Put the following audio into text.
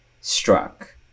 struck